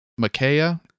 Makaya